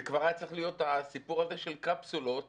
הסיפור הזה של קפסולות